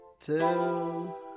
Till